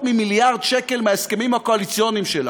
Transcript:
ממיליארד שקל מההסכמים הקואליציוניים שלה,